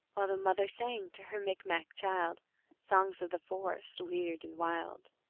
while the mother sang to her micmac child songs of the forest, weird and wild.